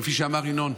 כפי שאמר ינון,